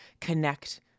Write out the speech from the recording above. connect